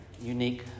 unique